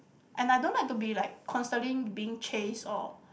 and I don't like to be like constantly being chase or